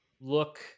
look